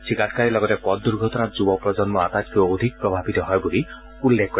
শ্ৰী গাডকাৰীয়ে লগতে পথ দুৰ্ঘটনাত যুৱ প্ৰজন্ম আটাইতকৈ অধিক প্ৰভাৱিত হয় বুলি উল্লেখ কৰে